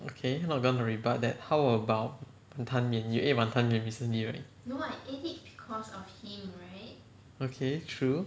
okay not gonna rebut that how about wanton mee you ate wanton mee recently right okay true